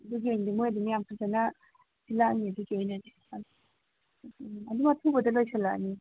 ꯑꯗꯨꯒꯤ ꯑꯣꯏꯅꯗꯤ ꯃꯣꯏ ꯑꯗꯨꯝ ꯌꯥꯝ ꯐꯖꯅ ꯁꯤꯜꯂꯛꯑꯅꯤ ꯑꯗꯨꯒꯤ ꯑꯣꯏꯅꯗꯤ ꯎꯝ ꯑꯗꯨꯝ ꯑꯊꯨꯕꯗ ꯂꯣꯏꯁꯤꯜꯂꯛꯑꯅꯤ